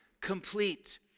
complete